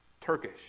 Turkish